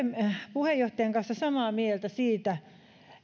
puheenjohtajan kanssa samaa mieltä siitä